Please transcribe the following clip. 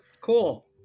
cool